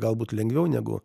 galbūt lengviau negu